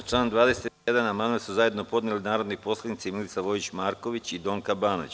Na član 21. amandman su zajedno podneli narodni poslanici Milica Vojić Marković i Donka Banović.